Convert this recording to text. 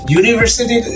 university